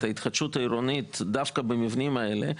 ההתחדשות העירונית דווקא במבנים האלה,